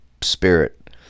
spirit